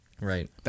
Right